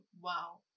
wow